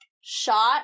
shot